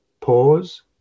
pause